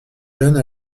jeune